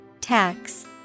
Tax